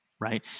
right